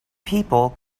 people